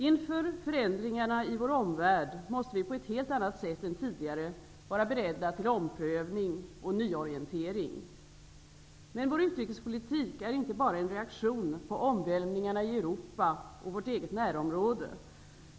Inför förändringarna i vår omvärld måste vi på ett helt annat sätt än tidigare vara beredda till omprövning och nyorientering. Men vår utrikespolitik är inte bara en reaktion på omvälvningarna i Europa och vårt eget närområde.